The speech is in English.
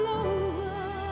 over